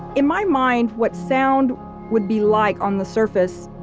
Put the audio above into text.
in my mind, what sound would be like on the surface,